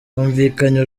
humvikanye